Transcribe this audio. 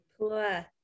Poor